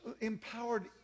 Empowered